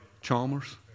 Chalmers